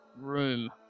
room